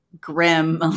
grim